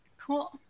cool